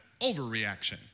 overreaction